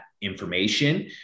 information